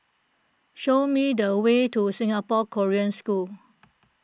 show me the way to Singapore Korean School